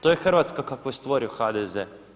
To je Hrvatska kakvu je stvorio HDZ.